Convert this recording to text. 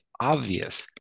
obvious